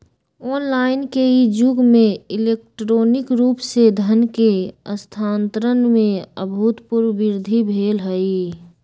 online के इ जुग में इलेक्ट्रॉनिक रूप से धन के स्थानान्तरण में अभूतपूर्व वृद्धि भेल हइ